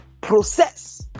process